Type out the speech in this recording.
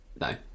No